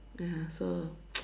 mm so